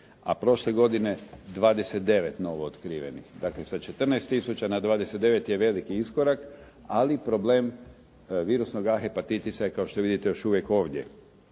a prošle godine 29 novootkrivenih. Dakle, sa 14 tisuća na 29 je veliki iskorak, ali problem virusnog A hepatitisa je, kao što vidite, još uvijek ovdje.